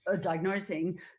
diagnosing